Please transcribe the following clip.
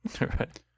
Right